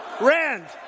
Rand